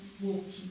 walking